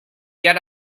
get